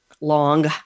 long